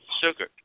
sugar